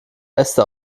äste